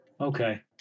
Okay